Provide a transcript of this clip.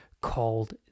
called